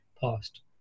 past